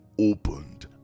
opened